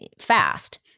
fast